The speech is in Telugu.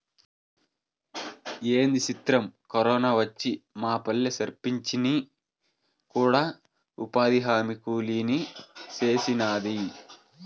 ఏంది సిత్రం, కరోనా వచ్చి మాపల్లె సర్పంచిని కూడా ఉపాధిహామీ కూలీని సేసినాది